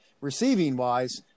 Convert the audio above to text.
receiving-wise